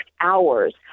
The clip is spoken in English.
hours